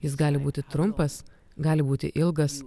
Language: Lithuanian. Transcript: jis gali būti trumpas gali būti ilgas